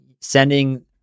sending